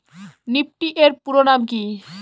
Nifty এর পুরোনাম কী?